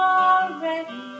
already